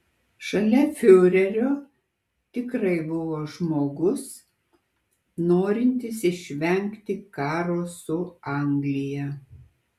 šalia fiurerio tikrai buvo žmogus norintis išvengti karo su anglija